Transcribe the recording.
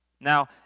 Now